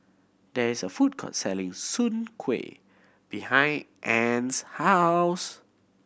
there is a food court selling Soon Kueh behind Anne's house